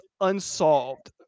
unsolved